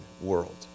world